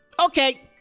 Okay